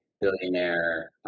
billionaire